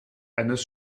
eines